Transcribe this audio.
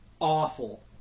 awful